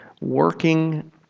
working